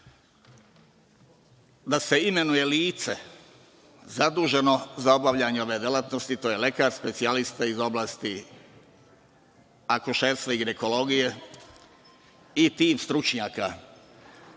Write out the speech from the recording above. da se imenuje lice zaduženo za obavljanje ove delatnosti. To je lekar specijalista iz oblasti akušerstva i ginekologije i tim stručnjaka. Ovde